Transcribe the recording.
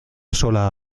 sola